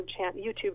YouTube